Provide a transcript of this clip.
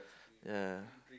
ya